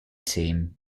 team